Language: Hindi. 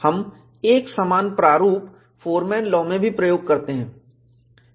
हम एक समान प्रारूप फोरमैन लाॅ में भी प्रयोग करते हैं